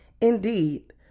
Indeed